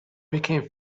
became